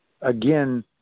again